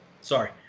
Sorry